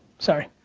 sorry,